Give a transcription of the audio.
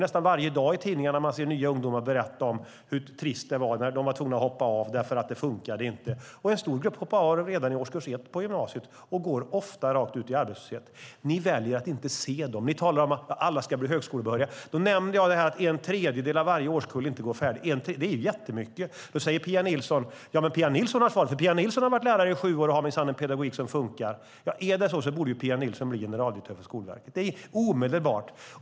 Nästan varje dag kan man läsa i tidningarna om ungdomar som berättar hur trist det var när de var tvungna att hoppa av för att det inte funkade. En stor grupp hoppar av redan i årskurs 1 på gymnasiet och går ofta rakt ut i arbetslöshet. Ni väljer att inte se dem. Ni talar om att alla ska bli högskolebehöriga. Jag nämnde att en tredjedel i varje årskull inte går färdigt. Det är jättemånga. Men Pia Nilsson har svar, för Pia Nilsson har varit lärare i sju år och har minsann en pedagogik som funkar. Är det så borde Pia Nilsson bli generaldirektör för Skolverket omedelbart.